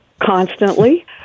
constantly